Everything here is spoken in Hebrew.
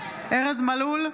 ארז מלול,